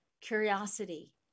curiosity